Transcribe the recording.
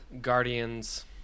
Guardians